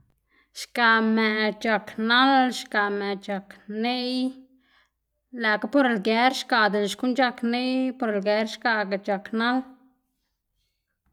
Xgaꞌ mëꞌ c̲h̲ak nal, xgaꞌ mëꞌ c̲h̲ak neꞌy lëꞌkga por lger xgaꞌ dela xkuꞌn c̲h̲ak neꞌy por lger xgaꞌga c̲h̲ak nal.